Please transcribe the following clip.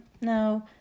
no